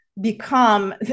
become